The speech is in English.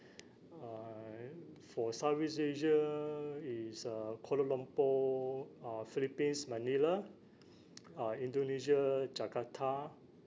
uh for southeast asia is uh kuala lumpur uh philippines manila uh indonesia jakarta